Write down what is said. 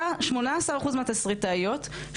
שמונה עשר אחוז מהתסריטאיות,